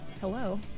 Hello